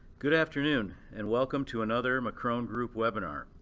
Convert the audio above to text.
good afternoon, and welcome to another mccrone group webinar.